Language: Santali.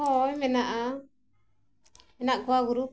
ᱦᱚᱭ ᱢᱮᱱᱟᱜᱼᱟ ᱢᱮᱱᱟᱜ ᱠᱚᱣᱟ ᱜᱩᱨᱩᱯ